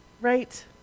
Right